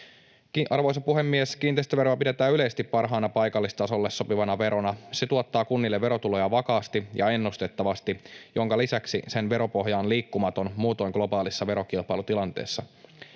Arvoisa puhemies! Kiinteistöveroa pidetään yleisesti parhaana paikallistasolle sopivana verona. Se tuottaa kunnille verotuloja vakaasti ja ennustettavasti, minkä lisäksi sen veropohja on liikkumaton muutoin globaalissa verokilpailutilanteessa.